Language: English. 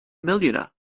millionaire